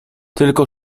tylko